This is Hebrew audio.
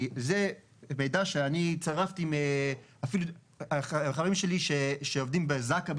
זה מידע שאני צרבתי מחברים שלי שעובדים בזק"א,